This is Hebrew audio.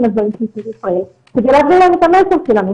הזרים שנמצאים בישראל כדי להעביר להם את המסר שלנו,